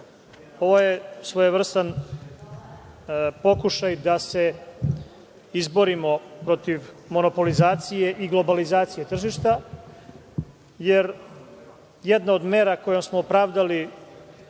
Ovo je svojevrsan pokušaj da se izborimo protiv monopolizacije i globalizacije tržišta, jer jedna od mera kojom smo pravdali